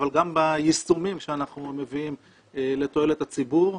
אבל גם ביישומים שאנחנו מביאים לתועלת הציבור.